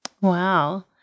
Wow